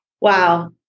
Wow